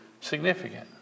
significant